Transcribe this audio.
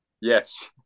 Yes